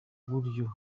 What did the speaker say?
buryo